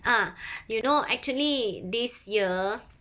ah you know actually this year